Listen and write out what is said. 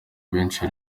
benshi